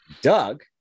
Doug